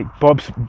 Bob's